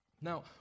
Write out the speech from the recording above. Now